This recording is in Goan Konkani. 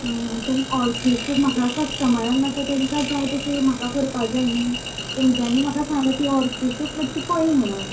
आ पण ऑर्चिड्सूच म्हाका कस्टमरान आता तांकां जाय तशीं म्हाका करपा जाय न्ही तेंच्यानी म्हाका सांगला ती ऑर्चिड्सूत मातशी पळय म्हणन